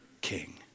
King